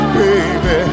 baby